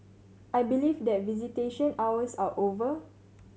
I believe that visitation hours are over